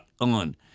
on